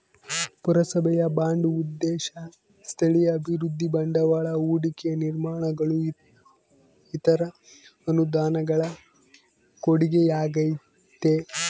ಪುರಸಭೆಯ ಬಾಂಡ್ ಉದ್ದೇಶ ಸ್ಥಳೀಯ ಅಭಿವೃದ್ಧಿ ಬಂಡವಾಳ ಹೂಡಿಕೆ ನಿರ್ಮಾಣಗಳು ಇತರ ಅನುದಾನಗಳ ಕೊಡುಗೆಯಾಗೈತೆ